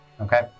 okay